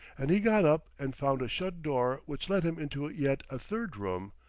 and he got up and found a shut door which let him into yet a third room,